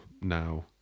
now